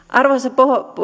arvoisa